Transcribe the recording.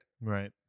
Right